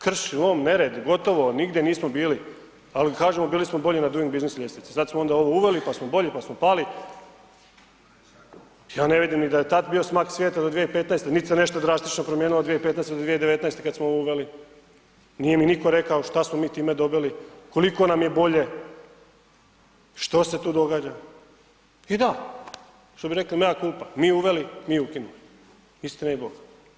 Krš i lom, nered, gotovo, nigdje nismo bili ali kažemo, bili smo bolji na Doing Business ljestvici, sad smo onda uveli pa smo bolji, pa smo pali, ja ne vidim da je i tad bio smak svijeta do 2015., nit se nešto drastično promijenilo od 2015. do 2019. kad smo ovo uveli, nije mi nitko rekao šta smo mi time dobili, koliko nam je bolje, što se tu događa, i da, što bi rekli mea culpa, mi uveli, mi ukinuli, istina i bog.